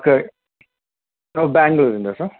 ಕ ನಾವು ಬೆಂಗ್ಳೂರಿಂದ ಸರ್